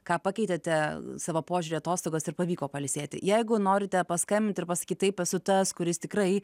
ką pakeitėte savo požiūry į atostogas ir pavyko pailsėti jeigu norite paskambinti ir pasakyti taip esu tas kuris tikrai